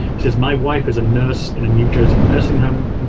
says, my wife is a nurse in a new jersey nursing home.